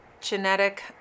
genetic